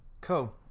Cool